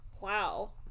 Wow